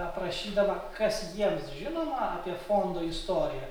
apašydama kas jiems žinoma apie fondo istoriją